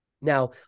Now